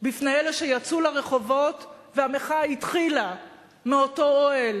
בפני אלה שיצאו לרחובות, והמחאה התחילה מאותו אוהל